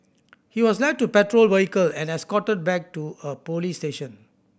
he was led to patrol vehicle and escorted back to a police station